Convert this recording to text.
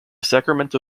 sacramento